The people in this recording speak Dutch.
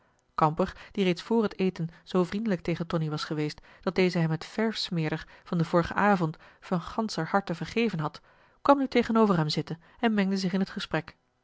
kamper die reeds voor het eten zoo vriendelijk tegen tonie was geweest dat deze hem het verfsmeerder van den vorigen avond van ganscher harte vergeven had kwam nu tegenover hem zitten marcellus emants een drietal novellen en mengde zich in het gesprek